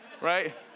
Right